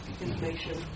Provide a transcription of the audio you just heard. information